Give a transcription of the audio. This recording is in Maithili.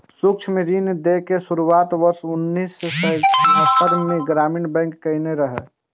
सूक्ष्म ऋण दै के शुरुआत वर्ष उन्नैस सय छिहत्तरि मे ग्रामीण बैंक कयने रहै